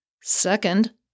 Second